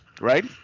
right